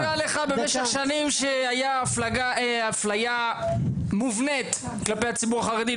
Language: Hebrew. לא הפריע לך במשך שנים שהייתה אפליה מובנית כלפי הציבור החרדי?